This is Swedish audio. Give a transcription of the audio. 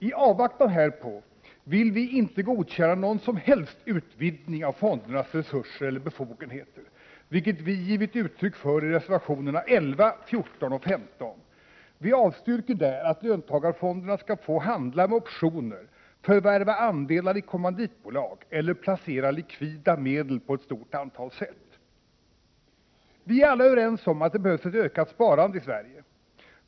I avvaktan härpå vill vi inte godkänna någon som helst utvidgning av fondernas resurser eller befogenheter, vilket vi givit uttryck för i reservationerna 11, 14 och 15. Vi avstyrker där att löntagarfonderna skall få handla med optioner, förvärva andelar i kommanditbolag eller placera likvida medel på ett stort antal sätt. Vi är alla överens om att det behövs ett ökat sparande i Sverige.